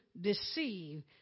deceive